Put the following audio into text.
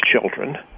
children